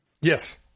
Yes